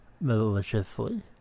maliciously